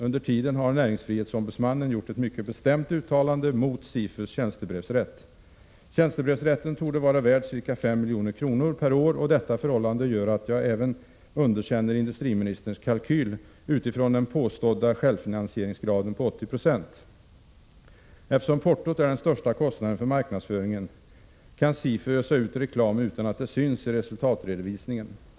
Under tiden har näringsfrihetsombudsmannen gjort ett mycket bestämt uttalande mot SIFU:s tjänstebrevsrätt. Tjänstebrevsrätten torde vara värd ca 5 milj.kr. per år, och detta förhållande gör att jag även underkänner industriministerns kalkyl utifrån den påstådda självfinansieringsgraden på 80 20. Eftersom portot är den största kostnaden för marknadsföringen, kan SIFU ösa ut reklam utan att det syns i resultatredovisningen.